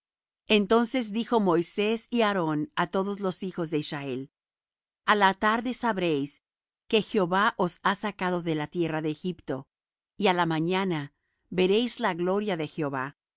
entonces dijo moisés y aarón á todos los hijos de israel a la tarde sabréis que jehová os ha sacado de la tierra de egipto y á la mañana veréis la gloria de jehová